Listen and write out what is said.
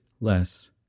less